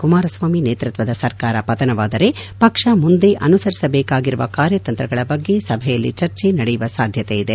ಕುಮಾರಸ್ವಾಮಿ ನೇತೃತ್ವದ ಸರ್ಕಾರ ಪತನವಾದರೆ ಪಕ್ಷ ಮುಂದೆ ಅನುಸರಿಬೇಕಾಗಿರುವ ಕಾರ್ಯತಂತ್ರಗಳ ಬಗ್ಗೆ ಸಭೆಯಲ್ಲಿ ಚರ್ಚೆ ನಡೆಸುವ ಸಾಧ್ಯತೆ ಇದೆ